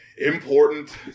important